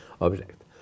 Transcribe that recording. object